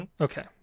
Okay